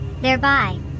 thereby